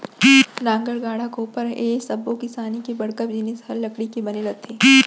नांगर, गाड़ा, कोपर ए सब्बो किसानी के बड़का जिनिस हर लकड़ी के बने रथे